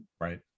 Right